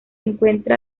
encuentra